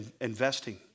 Investing